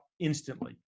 instantly